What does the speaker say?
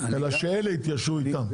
אלא שאלה יתיישרו איתם.